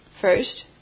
First